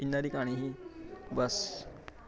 इ'न्ना हारी क्हानी ही बस